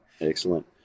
Excellent